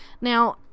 Now